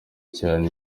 cyane